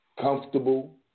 comfortable